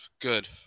Good